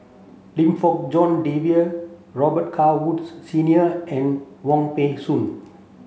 Lim Fong Jock David Robet Carr Woods Senior and Wong Peng Soon